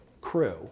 crew